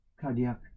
cardiac